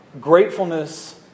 gratefulness